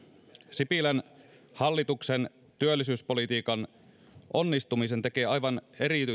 sipilän hallituksen työllisyyspolitiikan onnistumisen tekee aivan